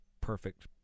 perfect